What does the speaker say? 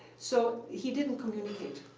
so he didn't communicate.